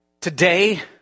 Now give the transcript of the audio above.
today